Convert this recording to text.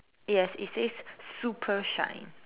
yes it says super shine